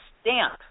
stamp